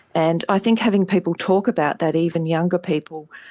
and i think having people talk about that, even younger people,